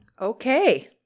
okay